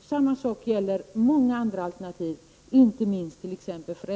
Samma sak gäller många andra alternativ, inte minst t.ex.